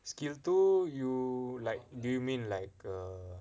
skill tu you like do you mean like err